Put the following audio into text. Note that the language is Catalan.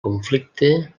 conflicte